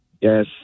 Yes